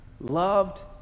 loved